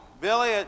Billy